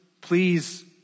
please